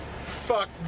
fuck